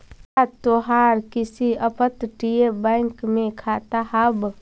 का तोहार किसी अपतटीय बैंक में खाता हाव